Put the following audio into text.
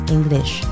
English